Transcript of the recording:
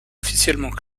officiellement